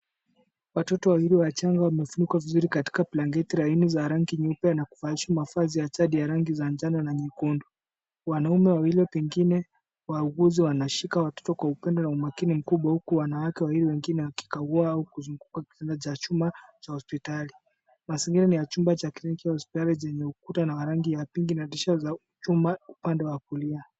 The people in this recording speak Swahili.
Watoto wawili wachanga wamefunikwa vizuri katika blanketi laini za rangi nyeupe na kuvalishwa mavazi ya shati ya rangi za njano na nyekundu. Wanaume wawili pengine wauguzi wanashika watoto kwa upande na umakini mkubwa huku wanawake wengine wawili wakikagua au kuzunguka kitanda cha chuma cha hospitali. Mazingira ni ya chumba cha kliniki ya hospitali chenye ukuta wa rangi ya pinki na dirisha za chuma upande wa kulia.